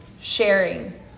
sharing